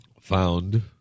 found